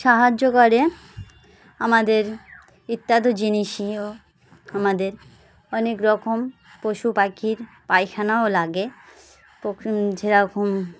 সাহায্য করে আমাদের ইত্যাদি জিনিসই ও আমাদের অনেক রকম পশু পাখির পায়খানাও লাগে পো যেরকম